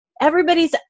everybody's